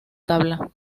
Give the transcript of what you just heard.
tabla